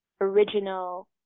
original